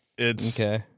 Okay